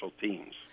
teams